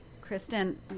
Kristen